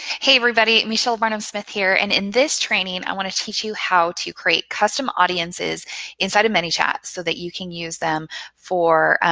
hey everybody, michelle barnum smith here. and in this training i want to teach you how to create custom audiences inside of manychat so that you can use them for,